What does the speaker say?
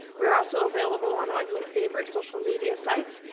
we're also available on all your favorite social media sites,